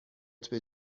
قطب